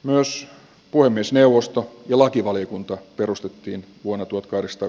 myös puhemiesneuvosto lakivaliokunta perustettiin punotut karisto